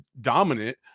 dominant